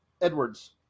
Edwards